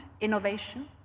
innovation